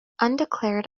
undeclared